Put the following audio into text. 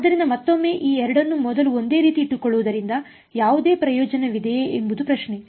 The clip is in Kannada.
ಆದ್ದರಿಂದ ಮತ್ತೊಮ್ಮೆ ಈ ಎರಡನ್ನು ಮೊದಲು ಒಂದೇ ರೀತಿ ಇಟ್ಟುಕೊಳ್ಳುವುದರಿಂದ ಯಾವುದೇ ಪ್ರಯೋಜನವಿದೆಯೇ ಎಂಬುದು ಪ್ರಶ್ನೆ